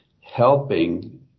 helping